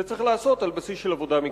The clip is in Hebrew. זה צריך להיעשות על בסיס של עבודה מקצועית.